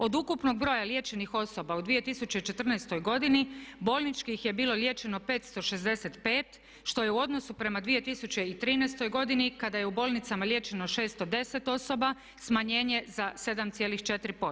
Od ukupnog broja liječenih osoba u 2014. godini bolničkih je bilo liječeno 565 što je u odnosu prema 2013. godini kada je u bolnicama liječeno 610 osoba smanjenje za 7,4%